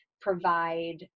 provide